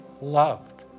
loved